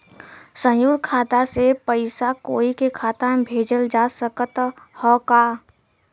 संयुक्त खाता से पयिसा कोई के खाता में भेजल जा सकत ह का?